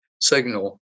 signal